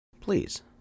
Please